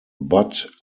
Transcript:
but